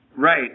Right